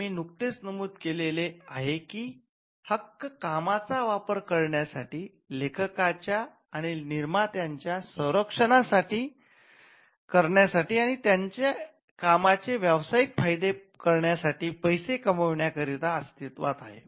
आम्ही नुकतेच नमूद केलेले आहे की हे हक्क कामाचा वापर करण्यासाठी लेखकांच्या आणि निर्मात्यांच्या रक्षण करण्यासाठी आणि त्यांच्या कामाचे व्यावसायिक फायदे करण्यासाठी पैसे कमविण्याकरिता अस्तित्त्वात आहेत